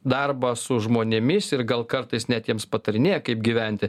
darbą su žmonėmis ir gal kartais net jiems patarinėja kaip gyventi